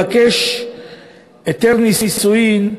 כשהם באים לבקש היתר נישואין.